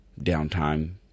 downtime